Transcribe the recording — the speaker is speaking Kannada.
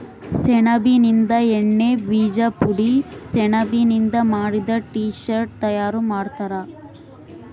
ಸೆಣಬಿನಿಂದ ಎಣ್ಣೆ ಬೀಜ ಪುಡಿ ಸೆಣಬಿನಿಂದ ಮಾಡಿದ ಟೀ ಶರ್ಟ್ ತಯಾರು ಮಾಡ್ತಾರ